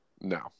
No